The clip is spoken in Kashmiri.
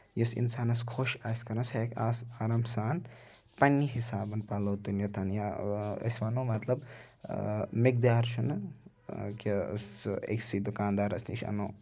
یُس اِنسانَس خۄش آسہِ کران سُہ ہیٚکہِ آرام سان پَنٕنہِ حِسابن پَلو تہِ نِتھ یا أسۍ وَنو مطلب میقدار چھُنہٕ کہِ سُہ أکسٕے دُکان دارَس نِش اَنو